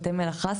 בתי מלאכה,